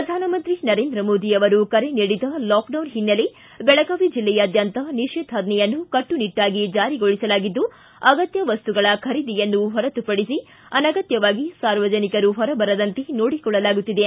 ಪ್ರಧಾನಮಂತ್ರಿ ನರೇಂದ್ರ ಮೋದಿ ಅವರು ಕರೆ ನೀಡಿದ ಲಾಕ್ ಡೌನ್ ಹಿನ್ನೆಲೆ ಬೆಳಗಾವಿ ಜಿಲ್ಲೆಯಾದ್ಗಾಂತ ನಿಷೇಧಾಜ್ವೆಯನ್ನು ಕಟ್ಸುನಿಟ್ಲಾಗಿ ಜಾರಿಗೊಳಿಸಲಾಗಿದ್ದು ಅಗತ್ತ ವಸ್ತುಗಳ ಖರೀದಿಯನ್ನು ಹೊರತುಪಡಿಸಿ ಅನಗತ್ಯವಾಗಿ ಸಾರ್ವಜನಿಕರು ಹೊರಬರದಂತೆ ನೋಡಿಕೊಳ್ಳಲಾಗುತ್ತಿದೆ